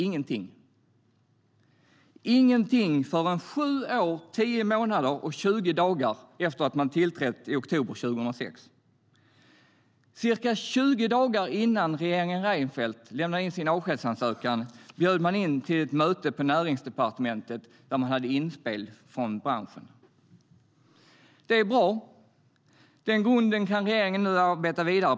Ingenting - ingenting förrän 7 år, 10 månader och 20 dagar efter det att man tillträdde i oktober 2006.Ca 20 dagar innan regeringen Reinfeldt lämnade in sin avskedsansökan bjöd man in till ett möte på Näringsdepartementet där man hade inspel från branschen. Det är bra, och utifrån denna grund kan regeringen arbeta vidare.